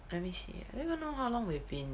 let me see I don't even know how long we've been